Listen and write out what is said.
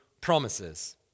promises